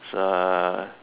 so ah